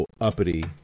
uppity